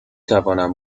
توانم